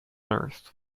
earth